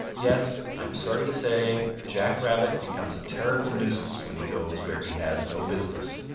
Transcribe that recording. yes, i am sorry to say, jack rabbit becomes a terrible nuisance when he goes where he has no business.